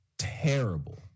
terrible